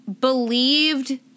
believed